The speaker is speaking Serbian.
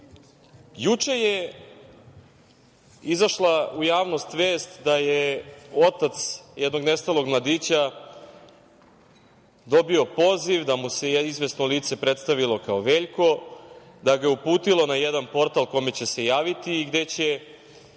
Juče je izašla u javnost vest da je otac jednog nestalog mladića dobio poziv, da mu se izvesno lice predstavilo kao Veljko, da ga je uputilo na jedan portal kome će se javiti i gde će